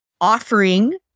offering